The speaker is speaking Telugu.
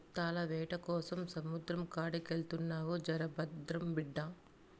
ముత్తాల వేటకోసం సముద్రం కాడికెళ్తున్నావు జర భద్రం బిడ్డా